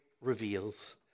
reveals